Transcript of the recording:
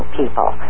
people